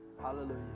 Hallelujah